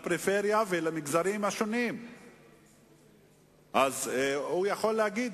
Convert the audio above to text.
הרפורמות שהיו שם, והן היו רפורמות קשות.